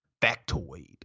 Factoid